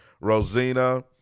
Rosina